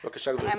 בבקשה, גברתי.